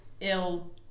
ill